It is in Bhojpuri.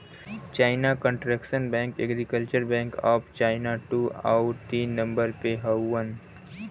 China construction bank, agriculture bank of China दू आउर तीन नम्बर पे हउवन